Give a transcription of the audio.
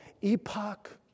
epoch